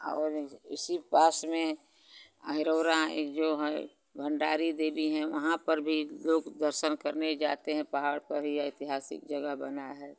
और इसी पास में अरोरा जो है भण्डारी देवी हैं वहाँ पर भी लोग दर्शन करने जाते हैं पहाड़ पर ही ऐतिहासिक जगह बना है